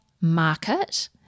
market